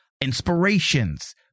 inspirations